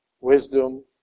wisdom